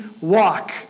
walk